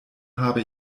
habe